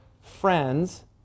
friend's